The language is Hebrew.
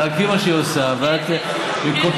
תעקבי אחרי מה שהיא עושה, אני עוקבת